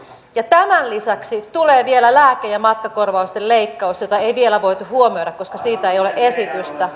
ja tämän lisäksi tulee vielä lääke ja matkakorvausten leikkaus jota ei vielä voitu huomioida koska siitä ei ole esitystä